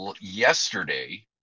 Yesterday